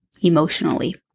emotionally